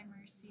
mercy